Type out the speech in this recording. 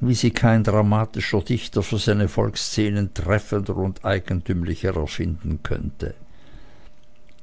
wie sie kein dramatischer dichter für seine volksszenen treffender und eigentümlicher erfinden könnte